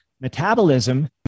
metabolism